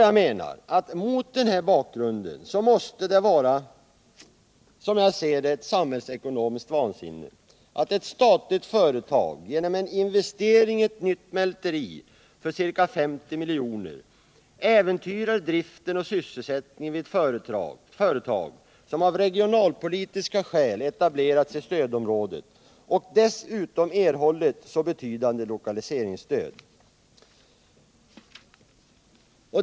Jag menar att det mot denna bakgrund måste vara ett samhällsekonomiskt vansinne att ett statligt företag genom en investering i ett nytt mälteri för ca 50 milj.kr. äventyrar driften och sysselsättningen vid ett företag som av regionalpolitiska skäl etablerats i stödområdet och dessutom erhållit så betydande lokaliseringsstöd.